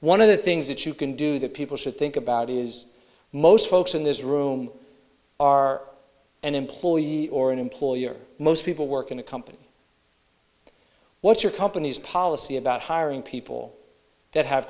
one of the things that you can do that people should think about is most folks in this room are an employee or an employer most people work in a company what's your company's policy about hiring people that have